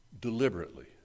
deliberately